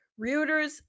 Reuters